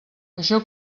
això